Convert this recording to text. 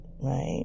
right